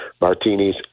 martinis